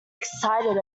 excited